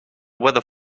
weather